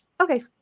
Okay